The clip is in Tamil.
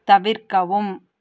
தவிர்க்கவும்